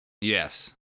Yes